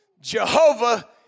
Jehovah